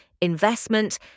investment